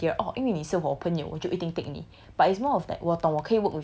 I don't see the criteria orh 因为你是我朋友我就一定 take 你